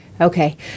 Okay